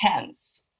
tense